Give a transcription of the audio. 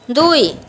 দুই